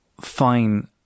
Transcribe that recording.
fine